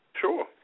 Sure